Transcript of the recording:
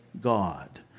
God